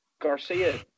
Garcia